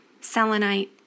selenite